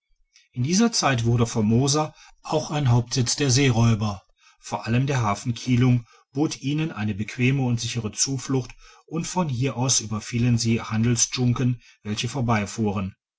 in dieser zeit wurde formosa auch ein hauptsitz der seeräuber vor allem der hafen kilung bot ihnen eine bequeme und sichere zuflucht und von hier aus überfielen sie die handelsdschunken welche vorbeifuhren